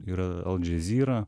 yra aldžezyra